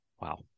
Wow